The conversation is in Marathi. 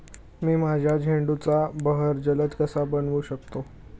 मी माझ्या झेंडूचा बहर जलद कसा बनवू शकतो?